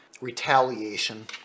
retaliation